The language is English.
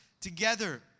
together